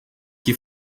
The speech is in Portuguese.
que